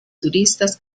turistas